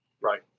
Right